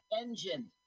engine